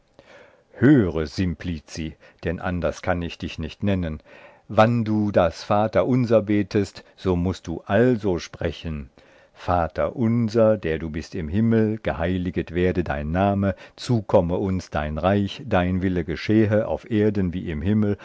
höre du simplici dann anders kann ich dich nicht nennen wann du das vaterunser betest so mußt du also sprechen vater unser der du bist im himmel geheiliget werde dein name zukomme uns dein reich dein wille geschehe auf erden wie im himmel